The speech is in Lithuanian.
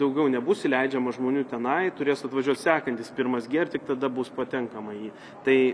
daugiau nebus įleidžiama žmonių tenai turės atvažiuot sekantis pirmas g ir tik tada bus patenkama į tai